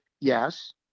Yes